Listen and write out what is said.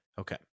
Okay